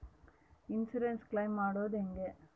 Insurance claim ಮಾಡದು ಹೆಂಗೆ?